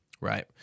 Right